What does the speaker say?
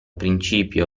principio